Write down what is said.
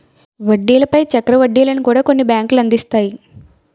వడ్డీల పై చక్ర వడ్డీలను కూడా కొన్ని బ్యాంకులు అందిస్తాయి